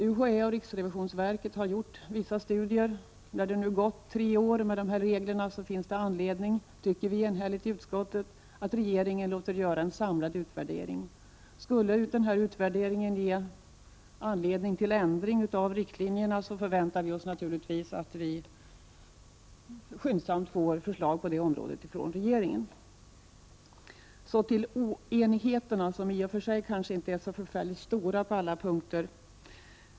UHÄ och riksrevisionsverket har gjort vissa studier. När nu tre år gått med de gällande reglerna finns det anledning, tycker vi enhälligt i utskottet, att regeringen låter göra en samlad utvärdering. Skulle en sådan utvärdering ge anledning till ändring av riktlinjerna förväntar vi oss naturligtvis att regeringen kommer med förslag snarast möjligt. Så till oenigheterna som i och för sig kanske inte är så förfärligt stora på alla punkter.